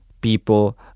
people